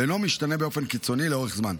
ואינו משתנה באופן קיצוני לאורך זמן.